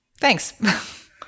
Thanks